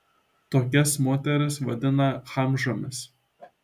tokias moteris vadina chamžomis